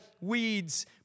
weeds